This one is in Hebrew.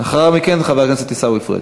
לאחר מכן חבר הכנסת עיסאווי פריג'.